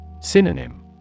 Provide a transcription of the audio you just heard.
Synonym